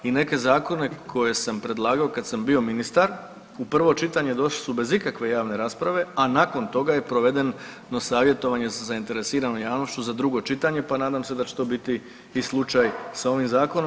I neke zakone koje sam predlagao kad sam bio ministar u prvo čitanje došli su bez ikakve javne rasprave, a nakon toga je provedeno savjetovanje sa zainteresiranom javnošću za drugo čitanje, pa nadam se da će to biti i slučaj sa ovim zakonom.